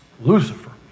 Lucifer